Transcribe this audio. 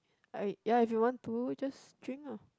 I ya if you want to just drink lah